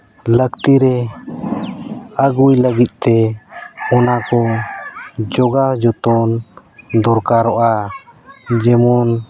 ᱞᱟᱹᱠᱛᱤ ᱨᱮ ᱟᱹᱜᱩᱭ ᱞᱟᱹᱜᱤᱫ ᱛᱮ ᱚᱱᱟ ᱠᱚ ᱡᱚᱜᱟᱣ ᱡᱚᱛᱚᱱ ᱫᱚᱨᱠᱟᱨᱚᱜᱼᱟ ᱡᱮᱢᱚᱱ